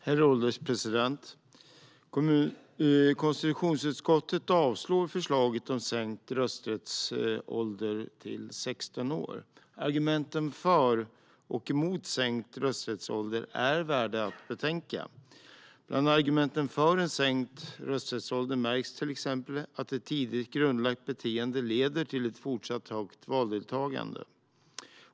Herr ålderspresident! Konstitutionsutskottet avstyrker förslaget om sänkt rösträttsålder till 16 år. Argumenten för och emot sänkt rösträttsålder är värda att betänka. Bland argumenten för en sänkt rösträttsålder märks till exempel att ett tidigt grundlagt beteende leder till ett fortsatt högt valdeltagande.